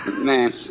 Man